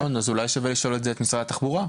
אלון, אז אולי שווה לשאול את זה את משרד התחבורה?